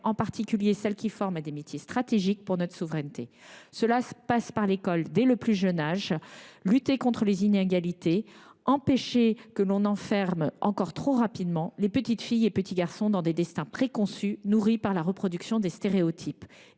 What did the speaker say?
en particulier celles qui forment à des métiers stratégiques pour notre souveraineté. Cela passe par l’école dès le plus jeune âge, afin de lutter contre les inégalités, d’empêcher que l’on enferme encore trop rapidement les petites filles et petits garçons dans des destins préconçus nourris par la reproduction des stéréotypes.